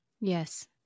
Yes